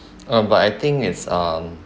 uh but I think it's um